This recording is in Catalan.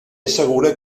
assegura